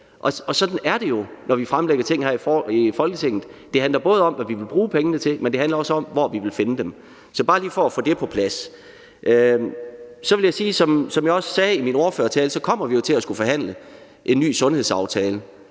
Sådan er det jo, når vi fremsætter ting her i Folketinget: Det handler både om, hvad vi vil bruge pengene til, men det handler også om, hvor vi vil finde dem. Det er bare for at få det på plads. Så vil jeg, som jeg også sagde i min ordførertale, sige, at vi jo kommer til at skulle forhandle en ny sundhedsaftale,